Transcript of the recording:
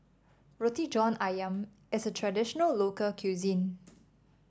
Roti John ayam is traditional local cuisine